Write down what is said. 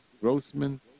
grossman